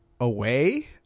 away